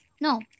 no